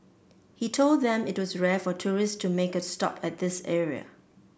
he told them it was rare for tourist to make a stop at this area